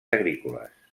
agrícoles